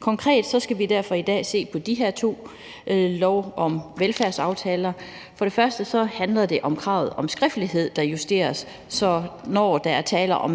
Konkret skal vi derfor i dag se på de her to love om velfærdsaftaler. For det første handler det om kravet om skriftlighed, der justeres, så det, når der er tale om